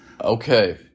okay